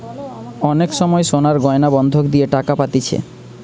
অনেক সময় সোনার গয়না বন্ধক দিয়ে টাকা পাতিছে